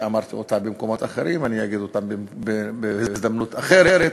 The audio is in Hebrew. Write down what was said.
ואמרתי אותה במקומות אחרים ואגיד אותה בהזדמנות אחרת.